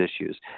issues